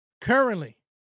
currently